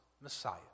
Messiah